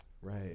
Right